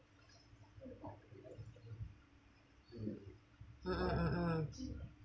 mm mm mm mm